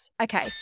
Okay